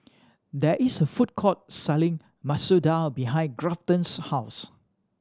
there is a food court selling Masoor Dal behind Grafton's house